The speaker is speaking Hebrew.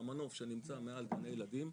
המנוף שנמצא מעל גני ילדים,